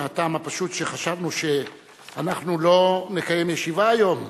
מהטעם הפשוט שחשבנו שאנחנו לא נקיים ישיבה היום